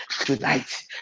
tonight